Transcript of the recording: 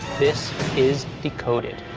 this is decoded.